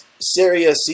Syria